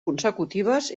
consecutives